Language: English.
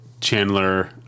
Chandler